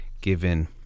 given